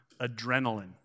adrenaline